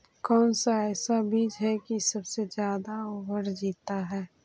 कौन सा ऐसा बीज है की सबसे ज्यादा ओवर जीता है?